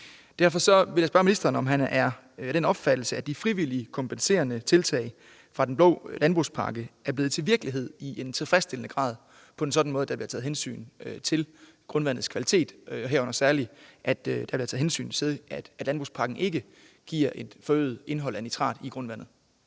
Derfor vil jeg spørge ministeren, om han er af den opfattelse, at de frivillige kompenserende tiltag fra den blå landbrugspakke er blevet til virkelighed i tilfredsstillende grad på en sådan måde, at der bliver taget hensyn til grundvandets kvalitet, herunder særlig, at der bliver taget hensyn til, at landbrugspakken ikke giver et forøget indhold af nitrat i grundvandet.